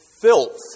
filth